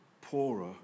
poorer